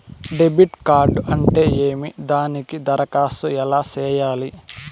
debit card అంటే ఏమి దానికి దరఖాస్తు ఎలా సేయాలి